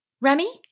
Remy